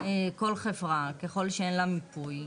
כל חברה בכלל שאין לה מיפוי,